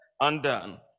undone